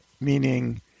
Meaning